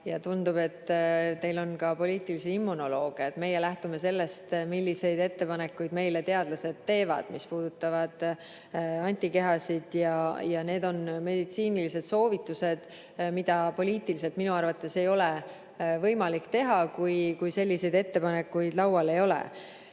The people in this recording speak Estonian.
ja tundub, et teil on ka poliitilisi immunolooge. Meie lähtume sellest, milliseid ettepanekuid meile teadlased teevad, mis puudutavad antikehasid, ja need on meditsiinilised soovitused, mida poliitiliselt minu arvates ei ole võimalik teha, kui selliseid ettepanekuid laual ei ole.